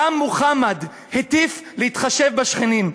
גם מוחמד הטיף להתחשב בשכנים.